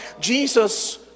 Jesus